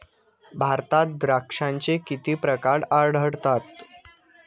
भारतात द्राक्षांचे किती प्रकार आढळतात?